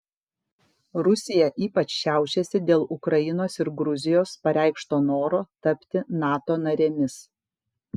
rusija ypač šiaušiasi dėl ukrainos ir gruzijos pareikšto noro tapti nato narėmis